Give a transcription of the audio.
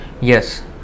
Yes